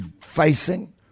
facing